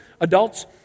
adults